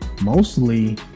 mostly